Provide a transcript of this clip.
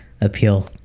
appeal